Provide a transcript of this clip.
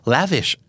Lavish